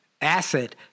asset